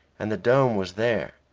and the dome was there,